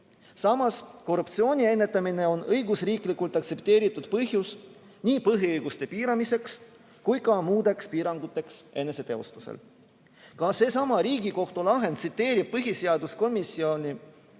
Samas, korruptsiooni ennetamine on õigusriiklikult aktsepteeritud põhjus nii põhiõiguste piiramiseks kui ka muudeks piiranguteks eneseteostusel. Ka seesama Riigikohtu lahend tsiteerib põhiseaduskomisjoni